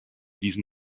diesem